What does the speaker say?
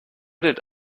did